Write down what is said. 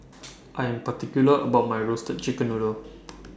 I Am particular about My Roasted Chicken Noodle